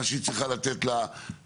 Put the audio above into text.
מה שהיא צריכה לתת לתושבים,